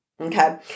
Okay